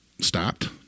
stopped